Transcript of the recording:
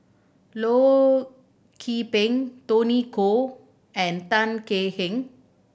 Loh Peng Tony Khoo and Tan Kek Hiang